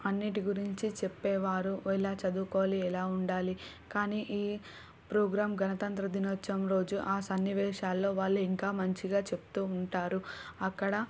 అన్నింటి గురించి చెప్పేవారు ఎలా చదువుకోవాలి ఎలా ఉండాలి కానీ ఈ ప్రోగ్రామ్ గణతంత్ర దినోత్సవం రోజు ఆ సన్నివేశాల్లో వాళ్ళు ఇంకా మంచిగా చెబుతూ ఉంటారు అక్కడ